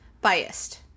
biased